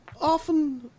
often